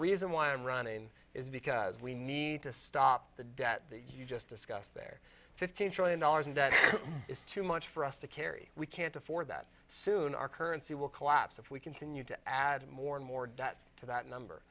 reason why i'm running is because we need to stop the debt that you just discussed there fifteen trillion dollars in debt is too much for us to carry we can't afford that soon our currency will collapse if we continue to add more and more debt to that number